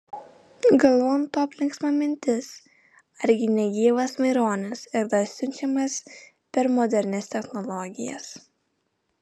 galvon topt linksma mintis argi ne gyvas maironis ir dar siunčiamas per modernias technologijas